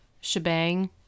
shebang